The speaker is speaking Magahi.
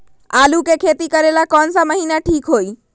आलू के खेती करेला कौन महीना ठीक होई?